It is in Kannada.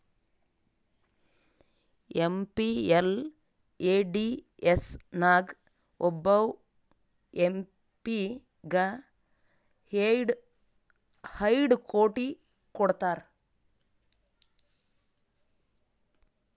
ಎಮ್.ಪಿ.ಎಲ್.ಎ.ಡಿ.ಎಸ್ ನಾಗ್ ಒಬ್ಬವ್ ಎಂ ಪಿ ಗ ಐಯ್ಡ್ ಕೋಟಿ ಕೊಡ್ತಾರ್